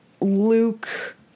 Luke